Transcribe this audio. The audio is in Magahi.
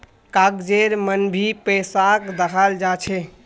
कागजेर मन भी पैसाक दखाल जा छे